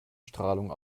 strahlung